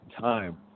time